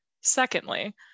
Secondly